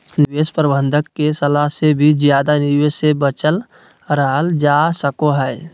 निवेश प्रबंधक के सलाह से भी ज्यादा निवेश से बचल रहल जा सको हय